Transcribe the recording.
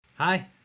Hi